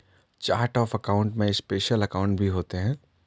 chart of account में special account भी होते हैं